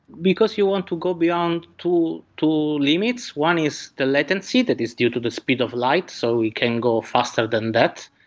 because you want to go beyond to to limits one is the latency that is due to the speed of light, so it can go faster than that.